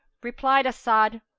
replied as'ad,